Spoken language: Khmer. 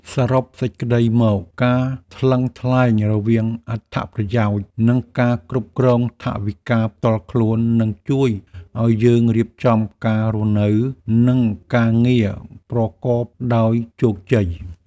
សរុបសេចក្តីមក ការថ្លឹងថ្លែងរវាងអត្ថប្រយោជន៍ និងការគ្រប់គ្រងថវិកាផ្ទាល់ខ្លួន នឹងជួយឱ្យយើងរៀបចំការរស់នៅ និងការងារប្រកបដោយជោគជ័យ។